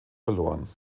verloren